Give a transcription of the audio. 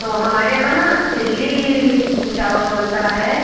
तो हमारे यहाँ ना इडली चावल बनता है